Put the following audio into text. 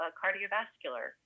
cardiovascular